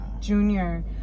Junior